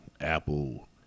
Apple